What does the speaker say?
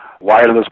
wireless